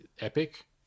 epic